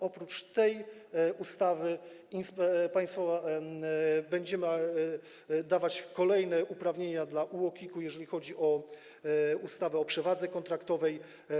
Oprócz tej ustawy będziemy dawać kolejne uprawnienia dla UOKiK-u, jeżeli chodzi o ustawę o przewadze kontraktowej.